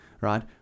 right